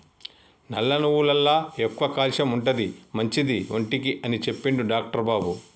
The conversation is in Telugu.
నల్ల నువ్వులల్ల ఎక్కువ క్యాల్షియం ఉంటది, మంచిది ఒంటికి అని చెప్పిండు డాక్టర్ బాబు